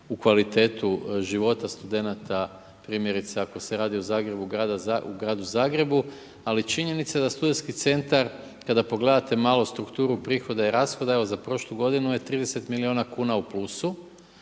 u kvalitetu života studenata, primjerice ako se radi o gradu Zagrebu ali činjenica je da SC kada pogledate malo strukturu prihoda i rashoda, evo za prošlu godinu je 30 milijuna kn u plusu,